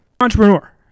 entrepreneur